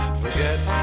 forget